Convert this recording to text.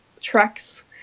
tracks